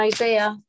Isaiah